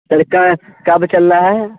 کب چلنا ہے